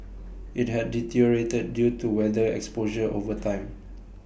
IT had deteriorated due to weather exposure over time